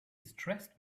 stressed